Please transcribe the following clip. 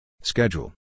Schedule